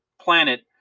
planet